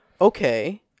Okay